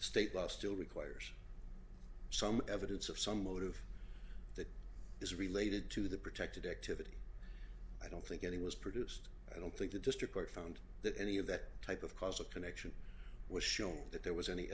state law still requires some evidence of some motive is related to the protected activity i don't think any was produced i don't think the district court found that any of that type of causal connection was shown that there was any